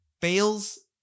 fails